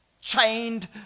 chained